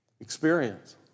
Experience